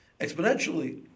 exponentially